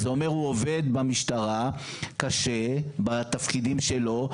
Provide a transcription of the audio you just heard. שזה אומר שהוא עובד במשטרה קשה בתפקידים שלו,